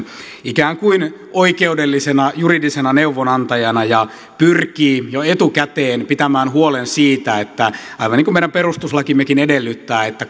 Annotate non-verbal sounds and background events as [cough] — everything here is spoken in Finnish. ikään kuin oikeudellisena juridisena neuvonantajana ja pyrkii jo etukäteen pitämään huolen siitä aivan niin kuin meidän perustuslakimme edellyttää että [unintelligible]